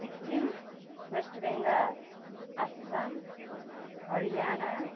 Sikkim west Bengal Assam Haryana